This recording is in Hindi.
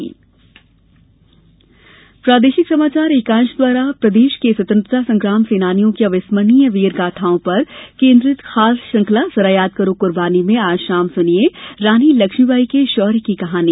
प्रोमो प्रादेशिक समाचार एकांश द्वारा प्रदेश के स्वतंत्रता संग्राम सेनानियों की अविस्मर्णीय वीर गाथाओं पर आधारित खास श्रृंखला जरा याद करो कुर्बानी में आज शाम सुनिये रानी लक्ष्मीबाई के शौर्य की कहानी